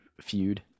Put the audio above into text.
feud